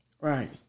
Right